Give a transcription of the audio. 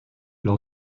lors